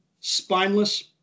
spineless